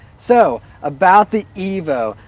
so, about the evo.